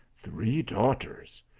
three daughters!